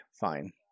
fine